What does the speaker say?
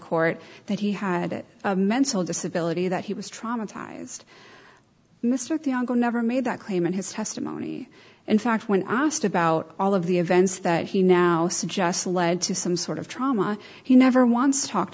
court that he had it mental disability that he was traumatized mr thiago never made that claim and his testimony in fact when asked about all of the events that he now suggests led to some sort of trauma he never wants talked